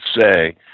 say